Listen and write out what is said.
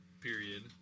period